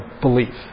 belief